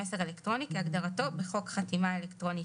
"מסר אלקטרוני" כהגדרתו בחוק חתימה אלקטרונית,